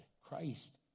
Christ